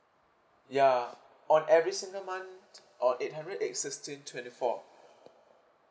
ya on every single month on eight hundred eight sixteen twenty four